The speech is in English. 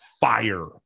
fire